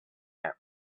camp